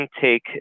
take